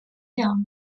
vea